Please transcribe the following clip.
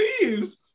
leaves